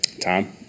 Tom